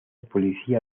policía